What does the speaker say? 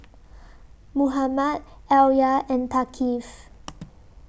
Muhammad Alya and Thaqif